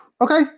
okay